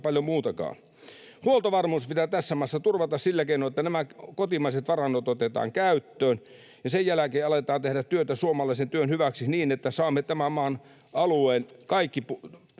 Huoltovarmuus pitää tässä maassa turvata sillä keinoin, että kotimaiset varannot otetaan käyttöön ja sen jälkeen aletaan tehdä työtä suomalaisen työn hyväksi niin, että saamme tämän maan alueen, koko